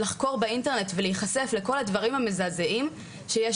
לחקור באינטרנט ולהיחשף לכל הדברים המזעזעים שיש